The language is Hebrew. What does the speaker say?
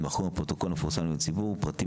ימחקו מהפרוטוקול המפורסם מזהים לציבור פרטים